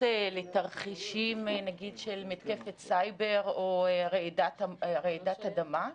לתרחישים של מתקפת סייבר או רעידת אדמה?